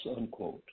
unquote